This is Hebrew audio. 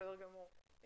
בסדר גמור.